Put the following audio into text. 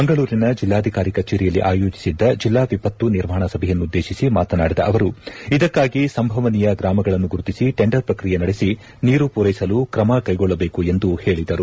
ಮಂಗಳೂರಿನ ಜಿಲ್ಲಾಧಿಕಾರಿ ಕಚೇರಿಯಲ್ಲಿ ಆಯೋಜಿಸಿದ್ದ ಜಿಲ್ಲಾ ವಿಪತ್ತು ನಿರ್ವಹಣಾ ಸಭೆಯನ್ನುದ್ದೇಶಿಸಿ ಮಾತನಾಡಿದ ಅವರು ಇದಕ್ಕಾಗಿ ಸಂಭವನೀಯ ಗ್ರಾಮಗಳನ್ನು ಗುರುತಿಸಿ ಟೆಂಡರ್ ಪ್ರಕ್ರಿಯೆ ನಡೆಸಿ ನೀರು ಪೂರೈಸಲು ತ್ರಮಕೈಗೊಳ್ಳಬೇಕು ಎಂದು ಹೇಳಿದರು